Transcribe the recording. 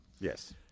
Yes